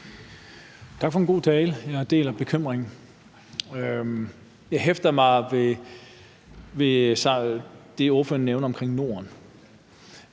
Tak for en god tale. Jeg deler bekymringen. Jeg hæftede mig ved det, ordføreren nævnte om Norden.